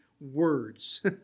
words